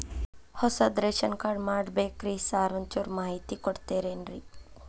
ಹೊಸದ್ ration card ಮಾಡ್ಬೇಕ್ರಿ sir ಒಂಚೂರ್ ಮಾಹಿತಿ ಕೊಡ್ತೇರೆನ್ರಿ?